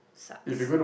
sucks